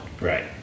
Right